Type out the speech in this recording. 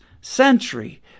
century